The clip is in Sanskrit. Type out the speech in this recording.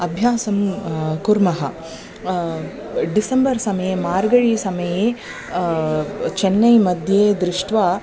अभ्यासं कुर्मः डिसम्बर् समये मार्गरिसमये चेनैमध्ये दृष्ट्वा